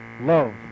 Love